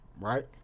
right